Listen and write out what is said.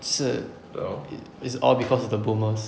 是 it's it's all because of the boomers